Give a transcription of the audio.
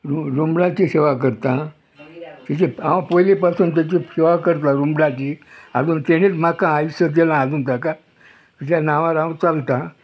रु रुमडाची सेवा करता तेजे हांव पयलीं पासून तेची सेवा करता रुमडाची आजून तेणी म्हाका आयुश्य दिलां आजून ताका तेज्या नांवार हांव चलतां